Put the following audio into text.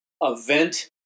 Event